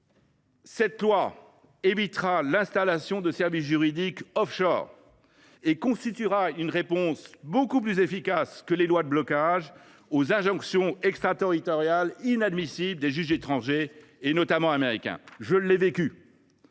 ce texte évitera l’installation de services juridiques offshore et constituera une réponse beaucoup plus efficace que les lois de blocage aux injonctions extraterritoriales inadmissibles des juges étrangers, notamment américains. Je l’ai vécu